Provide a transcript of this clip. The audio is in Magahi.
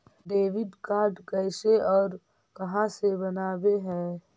डेबिट कार्ड कैसे और कहां से बनाबे है?